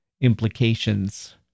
implications